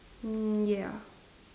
mm ya